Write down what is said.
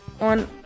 on